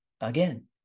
again